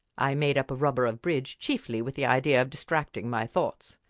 i made up a rubber of bridge, chiefly with the idea of distracting my thoughts.